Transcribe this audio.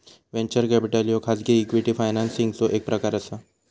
venture capital ह्यो खाजगी equity फायनान्सिंगचो एक प्रकार असा